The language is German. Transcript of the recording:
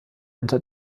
unter